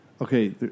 okay